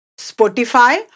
Spotify